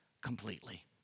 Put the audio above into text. completely